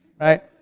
right